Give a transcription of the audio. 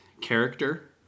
character